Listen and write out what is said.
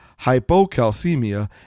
hypocalcemia